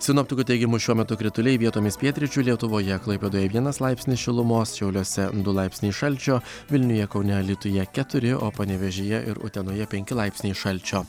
sinoptikų teigimu šiuo metu krituliai vietomis pietryčių lietuvoje klaipėdoje vienas laipsnis šilumos šiauliuose du laipsniai šalčio vilniuje kaune alytuje keturi o panevėžyje ir utenoje penki laipsniai šalčio